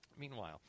meanwhile